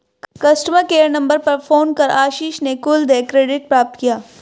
customer care number पर phone कर आशीष ने कुल देय क्रेडिट प्राप्त किया